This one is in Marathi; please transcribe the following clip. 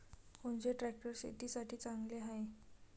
कोनचे ट्रॅक्टर शेतीसाठी चांगले हाये?